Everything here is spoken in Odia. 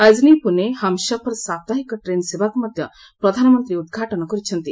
ଅଜନି ପୁଣେ ହମସଫର ସାପ୍ତାହିକ ଟ୍ରେନ୍ ସେବାକୁ ମଧ୍ୟ ପ୍ରଧାନମନ୍ତ୍ରୀ ଉଦ୍ଘାଟନ କରିଛନ୍ତି